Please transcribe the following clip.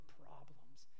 problems